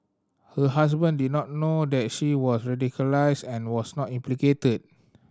her husband did not know that she was radicalised and was not implicated